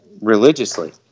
religiously